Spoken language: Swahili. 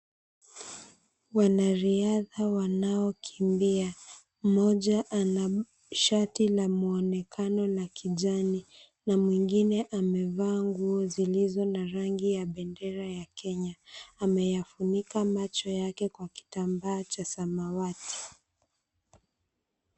Wanariadha wanaokimbia. Mmoja ana shati la muonekano wa kijani na mwingine amevaa nguo zilizo na rangi ya bendera ya Kenya, ameyafunika macho yake kwa kitambaa cha samawati.